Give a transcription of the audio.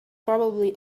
probably